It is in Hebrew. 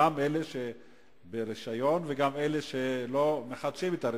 גם אלה שברשיון וגם אלה שלא מחדשים את הרשיון.